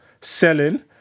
selling